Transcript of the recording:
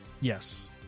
Yes